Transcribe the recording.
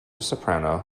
soprano